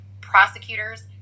prosecutors